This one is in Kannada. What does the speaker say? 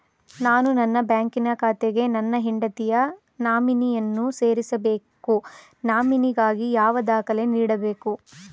ನಾನು ನನ್ನ ಬ್ಯಾಂಕಿನ ಖಾತೆಗೆ ನನ್ನ ಹೆಂಡತಿಯ ನಾಮಿನಿಯನ್ನು ಸೇರಿಸಬೇಕು ನಾಮಿನಿಗಾಗಿ ಯಾವ ದಾಖಲೆ ನೀಡಬೇಕು?